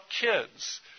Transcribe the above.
kids